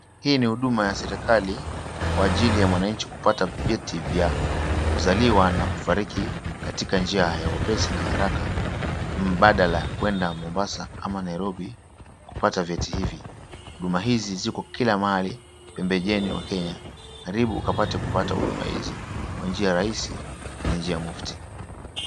Hii ni huduma ya serikali kwa ajili ya mwanainchi kupata vyeti vya kuzaliwa na kufariki katika njia ya wepesi na haraka mbadala kwenda Mombasa ama Nairobi kupata vyeti hivi. Huduma hizi ziko kila mahali pembezoni mwa kenya, karibu ukapate huduma hizi kwa njia rahisi na njia mufti.